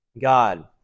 God